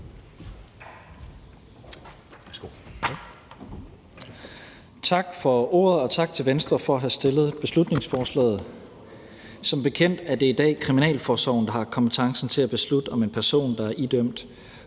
Tak for ordet, og tak til Venstre for at have fremsat beslutningsforslaget. Som bekendt er det i dag kriminalforsorgen, der har kompetencen til at beslutte, om en person, der er idømt